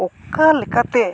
ᱚᱠᱟ ᱞᱮᱠᱟᱛᱮ